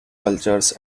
cultures